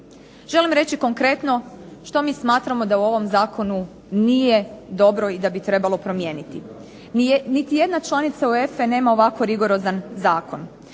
Želim reći konkretno što mi smatramo da u ovom zakonu nije dobro i da bi trebalo promijeniti. Niti jedna članica UEFA-e nema ovako rigorozan zakon.